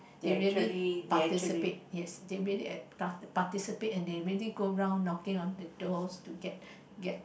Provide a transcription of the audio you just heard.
they really participate yes they really pa~ participate and they really go round knocking on the doors to get get